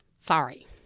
sorry